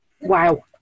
wow